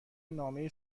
نامه